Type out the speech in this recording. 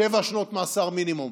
שבע שנות מאסר מינימום.